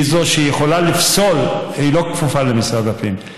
והיא זו שיכולה לפסול, היא לא כפופה למשרד הפנים.